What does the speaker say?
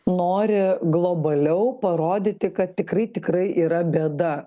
nori globaliau parodyti kad tikrai tikrai yra bėda